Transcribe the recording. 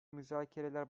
müzakereler